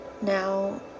Now